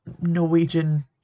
Norwegian